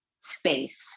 space